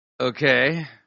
Okay